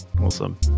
Awesome